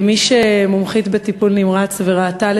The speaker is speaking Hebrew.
כמי שמומחית בטיפול נמרץ וראתה,